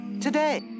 today